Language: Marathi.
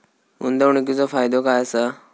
गुंतवणीचो फायदो काय असा?